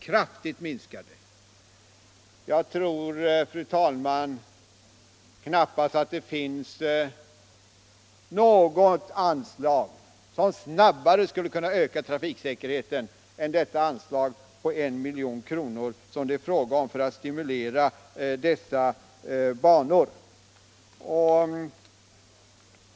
Fru talman! Jag tror knappast att det finns något anslag som snabbare skulle kunna öka trafiksäkerheten än det anslag på 1 milj.kr. som föreslagits för dessa halkkörningsbanor.